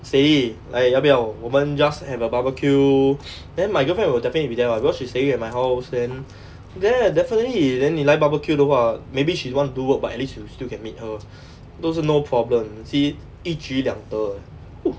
steady 来要不要我们 just have a barbecue then my girlfriend will definitely be there [what] because she is staying at my house then there definitely then 你来 barbecue 的话 maybe she want to do work but at least you still can meet her 都是 no problem see 一举两得